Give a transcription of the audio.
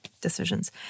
decisions